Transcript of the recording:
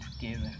together